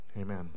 amen